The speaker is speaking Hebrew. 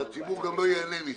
אז הציבור גם לא ייהנה מזה,